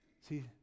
See